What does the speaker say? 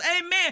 Amen